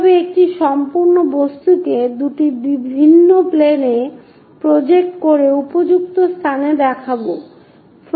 এইভাবেই একটি সম্পূর্ণ বস্তুকে দুটি ভিন্ন প্লেনে প্রজেক্ট করে উপযুক্ত স্থানে দেখানো হবে